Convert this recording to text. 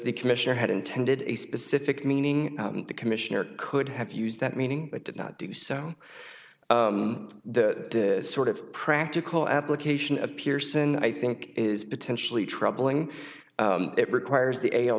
the commissioner had intended a specific meaning the commissioner could have used that meaning but did not do so the sort of practical application of pearson i think is potentially troubling it requires the a l